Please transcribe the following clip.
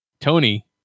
tony